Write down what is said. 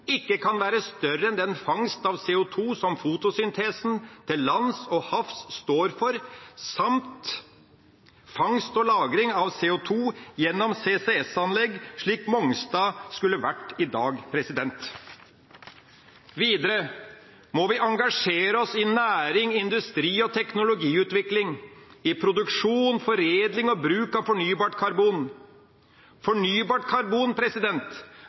ikke kan være større enn den fangst av CO2 som fotosyntesen til lands og til havs står for, samt fangst og lagring av CO2 gjennom CCS-anlegg, som Mongstad skulle vært i dag. Videre må vi engasjere oss i nærings-, industri- og teknologiutvikling, i produksjon, foredling og bruk av fornybart karbon. Fornybart karbon